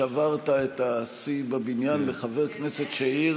אתה כבר שברת את השיא בבניין לחבר כנסת שהעיר